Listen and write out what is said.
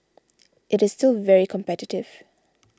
it is still very competitive